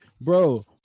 bro